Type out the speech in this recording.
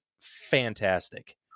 fantastic